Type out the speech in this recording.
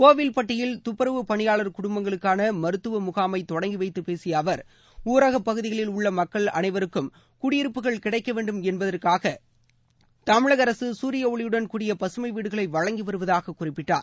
கோயில்பட்டியில் துப்புரவுப் பணியாளர் குடும்பங்குளுக்கான மருத்துவ முகாமை தொடங்கி வைத்துப் பேசிய அவர் ஊரக பகுதிகளில் உள்ள மக்கள் அனைவருக்கும் குடியிருப்புகள் கிடைக்க வேண்டும் என்பதற்காக தமிழக அரசு சூரிய ஒளியுடன் கூடிய பசுமை வீடுகளை வழங்கி வருவதாகக் குறிப்பிட்டார்